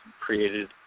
created